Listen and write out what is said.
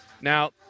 Now